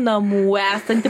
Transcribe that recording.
namų esantį